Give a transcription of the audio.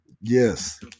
Yes